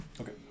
Okay